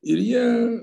ir jie